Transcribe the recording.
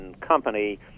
Company